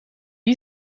you